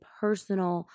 personal